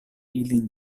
ilin